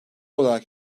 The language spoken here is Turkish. olarak